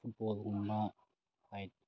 ꯐꯨꯠꯕꯣꯜꯒꯨꯝꯕ like